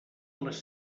les